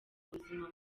ubuzima